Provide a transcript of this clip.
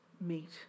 meet